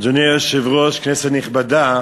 אדוני היושב-ראש, כנסת נכבדה,